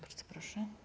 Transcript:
Bardzo proszę.